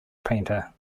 painter